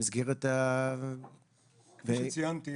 כפי שציינתי,